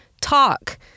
Talk